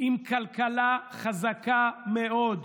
עם כלכלה חזקה מאוד,